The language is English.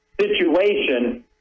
situation